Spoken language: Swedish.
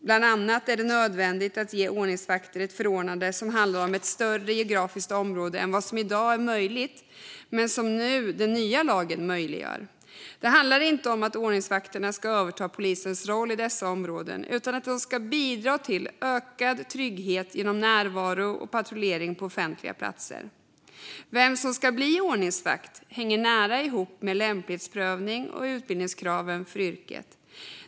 Bland annat är det nödvändigt att ge ordningsvakter ett förordnande som handlar om ett större geografiskt område än vad som i dag är möjligt men som den nya lagen nu möjliggör. Det handlar inte om att ordningsvakterna ska överta polisens roll i dessa områden utan om att de ska bidra till ökad trygghet genom närvaro och patrullering på offentliga platser. Vem som ska bli ordningsvakt hänger nära ihop med lämplighetsprövning och utbildningskraven för yrket.